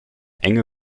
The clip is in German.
enge